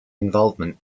involvement